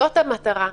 זאת המטרה.